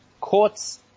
courts